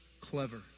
clever